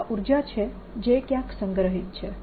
આ ઉર્જા છે જે ક્યાંક સંગ્રહિત છે